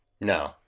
No